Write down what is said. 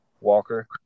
Walker